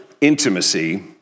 intimacy